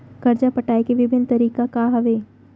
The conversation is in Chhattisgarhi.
करजा पटाए के विभिन्न तरीका का हवे?